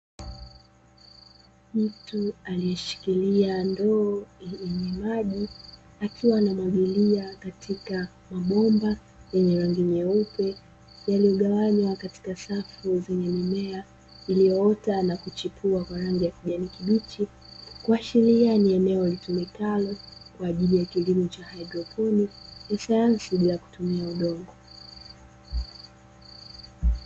Mtu aliyeshikilia ndoo yenye maji akiwa anamwagilia katika mabomba yenye rangi nyeupe yaliyogawanywa katika safu zenye mimea, iliyoota na kuchipua kwa rangi ya kijani kibichi kuashiria ni eneo litumikalo kwa ajili ya kilimo cha haidroponi kisayansi bila kutumia udongo.